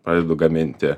pradedu gaminti